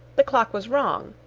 the clock was wrong.